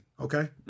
Okay